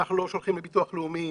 אנחנו לא שולחים לביטוח לאומי,